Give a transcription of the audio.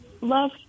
love